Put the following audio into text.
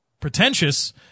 Pretentious